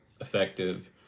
effective